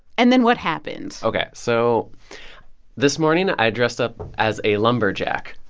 and then what happened? ok. so this morning, i dressed up as a lumberjack.